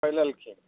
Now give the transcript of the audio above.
फैललखिन